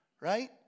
right